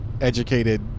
educated